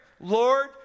Lord